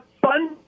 fun